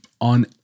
on